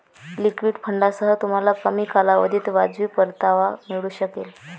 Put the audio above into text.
liquid फंडांसह, तुम्हाला कमी कालावधीत वाजवी परतावा मिळू शकेल